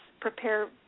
prepare